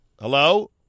hello